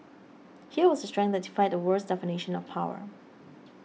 here was the strength that defied the world's definition of power